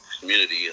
community